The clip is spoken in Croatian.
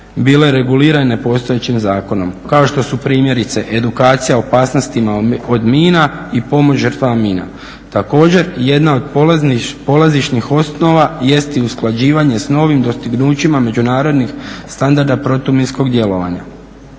bile regulirane postojećim zakonom, kao što su primjerice edukacija o opasnostima od mina i pomoć žrtvama mina. Također, jedna od polazišnih osnova jest i usklađivanje s novim dostignućima međunarodnih standarda protuminskog djelovanja,